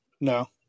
No